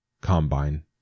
Combine